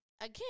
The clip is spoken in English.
again